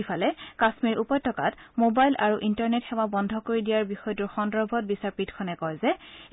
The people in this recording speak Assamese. ইফালে কাশ্মীৰ উপত্যাকাত মোবাইল আৰু ইণ্টাৰনেট সেৱা বন্ধ কৰি দিয়াৰ বিষয়টোৰ সন্দৰ্ভত বিচাৰপীঠখনে কয় যে